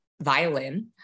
violin